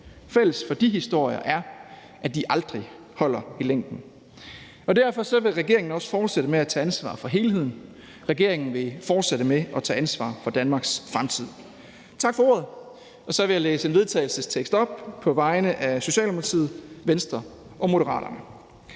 Fælles for de historier er, at de aldrig holder i længden. Derfor vil regeringen også fortsætte med at tage ansvar for helheden. Regeringen vil fortsætte med at tage ansvar for Danmarks fremtid. Tak for ordet. Så vil jeg læse en vedtagelsestekst op på vegne af Socialdemokratiet, Venstre og Moderaterne: